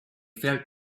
felt